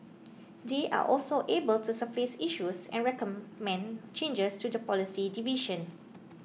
they are also able to surface issues and recommend changes to the policy division